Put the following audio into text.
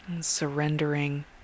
surrendering